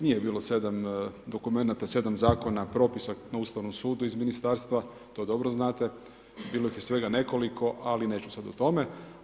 Nije bilo sedam dokumenata, sedam zakona, propisa na Ustavnom sudu iz ministarstva to dobro znate, bilo ih svega nekoliko ali neću sada o tome.